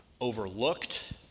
overlooked